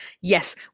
yes